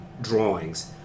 drawings